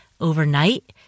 overnight